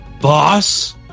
Boss